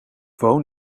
woon